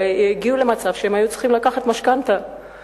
והם הגיעו למצב שהם צריכים לקחת משכנתה לשם כך.